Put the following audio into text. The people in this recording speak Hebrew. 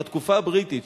מהתקופה הבריטית,